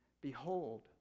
Behold